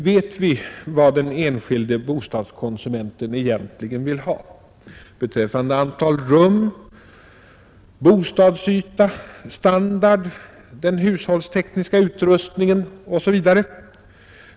Vet vi vad den enskilde bostadskonsumenten egentligen vill ha beträffande antal rum, bostadsyta, standard, hushållsteknisk utrustning osv.?